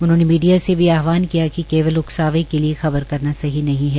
उन्होंने मीडिया से भी आहवान किया कि केवल उकसाने के लिए खबर करना सही नहीं है